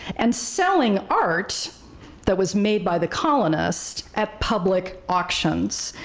and selling art that was made by the colonists at public auctions,